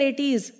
80s